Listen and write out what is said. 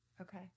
Okay